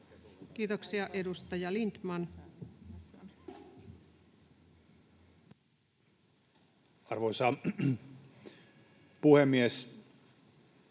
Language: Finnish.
piirissä?] Edustaja Lindtman. Arvoisa puhemies!